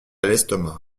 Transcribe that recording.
l’estomac